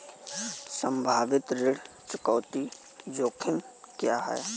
संभावित ऋण चुकौती जोखिम क्या हैं?